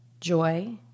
joy